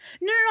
No